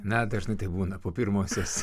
na dažnai tai būna po pirmosios